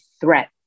threat